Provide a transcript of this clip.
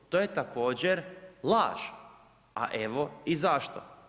To je također laž a evo i zašto.